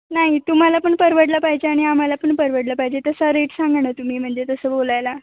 नाही तुम्हाला पण परवडलं पाहिजे आणि आम्हाला पण परवडलं पाहिजे तसा रेट सांगा ना तुम्ही म्हणजे तसं बोलायला